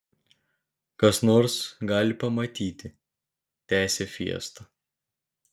kas nors gali pamatyti tęsė fiesta